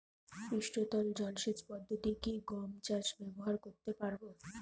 পৃষ্ঠতল জলসেচ পদ্ধতি কি গম চাষে ব্যবহার করতে পারব?